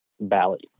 ballot